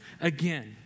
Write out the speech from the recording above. again